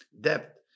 depth